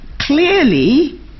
clearly